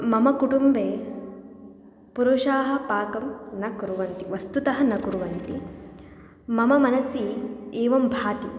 मम कुटुम्बे पुरुषाः पाकं न कुर्वन्ति वस्तुतः न कुर्वन्ति मम मनसि एवं भाति